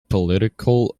political